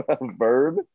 verb